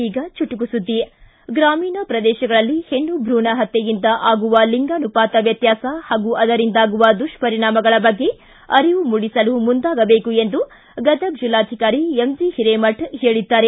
ಈಗ ಚುಟುಕು ಸುದ್ದಿ ಗ್ರಾಮೀಣ ಪ್ರದೇಶಗಳಲ್ಲಿ ಹೆಣ್ಣು ಭ್ರೂಣ ಹತ್ಕೆಯಿಂದ ಆಗುವ ಲಿಂಗಾನುಪಾತ ವ್ಯತ್ಯಾಸ ಹಾಗೂ ಅದರಿಂದಾಗುವ ದುಪ್ವರಿಣಾಮಗಳ ಬಗ್ಗೆ ಅರಿವು ಮೂಡಿಸಲು ಮುಂದಾಗಬೇಕು ಎಂದು ಗದಗ ಹೇಳಿದ್ದಾರೆ